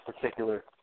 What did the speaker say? particular